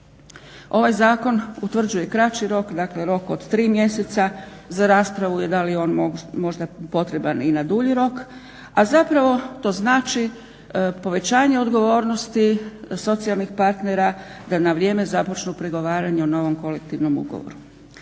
Ovaj zakon utvrđuje i kraći rok, dakle rok od 3 mjeseca za raspravu i da li je on potreban i na dulji rok, a zapravo to znači povećanje odgovornosti socijalnih partnera da na vrijeme započnu pregovaranje o novom kolektivnom ugovoru.